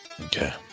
Okay